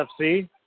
FC